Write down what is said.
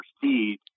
proceed